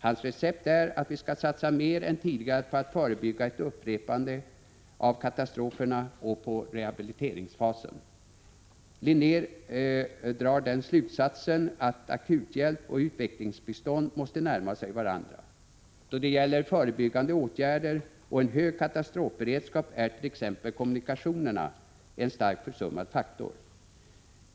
Hans recept är att vi skall satsa mer än tidigare på att förebygga ett upprepande av katastroferna och på rehabiliteringsfasen. Linnér drar den slutsatsen att akuthjälp och utvecklingsbistånd måste närma sig varandra. Då det gäller förebyggande åtgärder och en hög katastrofberedskap är t.ex. kommunikationerna en starkt försummad faktor.